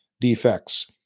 defects